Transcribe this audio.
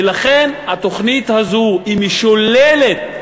ולכן התוכנית הזו משוללת,